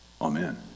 amen